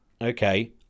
Okay